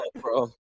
bro